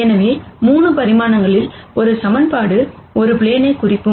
எனவே 3 பரிமாணங்களில் ஒரு ஈக்குவேஷன் ஒரு பிளேனை குறிக்கும்